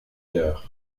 leurs